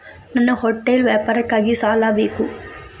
ನನ್ನ ಹೋಟೆಲ್ ವ್ಯಾಪಾರಕ್ಕಾಗಿ ಸಾಲ ಬೇಕು